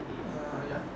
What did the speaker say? ya